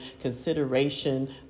consideration